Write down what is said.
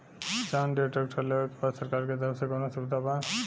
John Deere tractor लेवे के बा सरकार के तरफ से कौनो सुविधा बा?